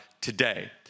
today